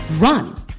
run